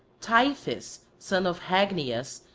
tiphys, son of hagnias,